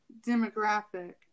demographic